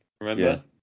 remember